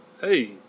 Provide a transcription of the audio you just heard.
hey